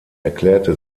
erklärte